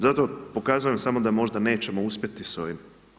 Zato pokazujem samo da možda nećemo uspjeti s ovim.